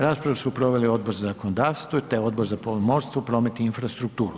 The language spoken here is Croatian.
Raspravu su proveli Odbor za zakonodavstvo te Odbor za pomorstvo, promet i infrastrukturu.